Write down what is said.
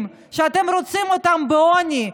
שאתם רוצים אותם בעוני,